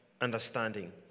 understanding